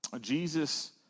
Jesus